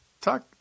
talk